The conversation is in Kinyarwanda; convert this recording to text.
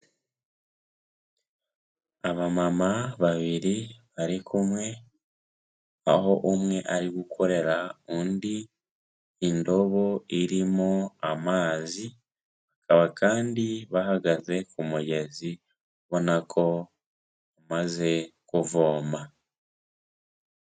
Abamama babiri, bari kumwe, aho umwe ari gukorera undi indobo irimo amazi, bakaba kandi bahagaze ku mugezi, ubona ko umaze kuvoma.